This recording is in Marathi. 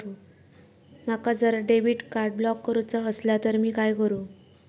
माका जर डेबिट कार्ड ब्लॉक करूचा असला तर मी काय करू?